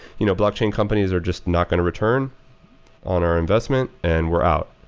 you know blockchain companies are just not going to return on our investment and we're out.